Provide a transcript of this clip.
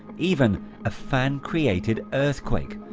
even a fan-created earthquake.